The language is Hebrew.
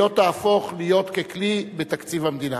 לא תהפוך להיות כלי בתקציב המדינה.